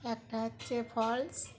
একটা হচ্ছে ফলস